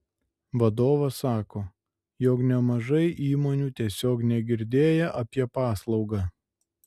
vadovas sako jog nemažai įmonių tiesiog negirdėję apie paslaugą